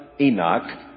Enoch